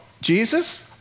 jesus